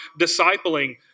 discipling